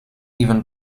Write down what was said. even